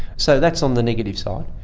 so that's on the negative side.